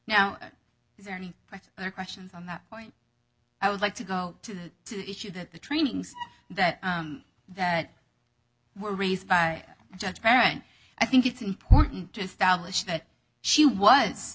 now there any other questions on that point i would like to go to to the issue that the trainings that that were raised by judge karen i think it's important to establish that she was